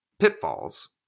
Pitfalls